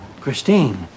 Christine